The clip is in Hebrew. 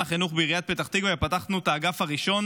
החינוך בעיריית פתח תקווה ופתחנו את האגף הראשון